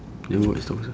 never watch star wars ah